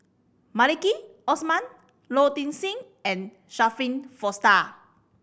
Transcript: Maliki Osman Low Ing Sing and Shirin Fozdar